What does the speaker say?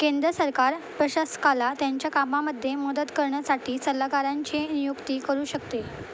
केंद्र सरकार प्रशासकाला त्यांच्या कामामध्ये मदत करण्यासाठी सल्लागारांची नियुक्ती करू शकते